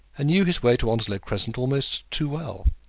and knew his way to onslow crescent almost too well.